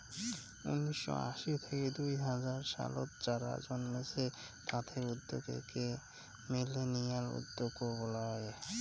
উনিসশো আশি থাকি দুই হাজার সালত যারা জন্মেছে তাদের উদ্যোক্তা কে মিলেনিয়াল উদ্যোক্তা বলাঙ্গ